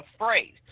afraid